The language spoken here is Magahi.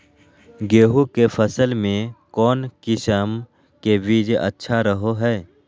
गेहूँ के फसल में कौन किसम के बीज अच्छा रहो हय?